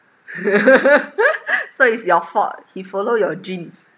so it's your fault he follow your genes